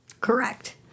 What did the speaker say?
Correct